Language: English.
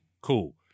cool